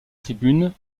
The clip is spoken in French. tribune